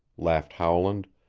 laughed howland,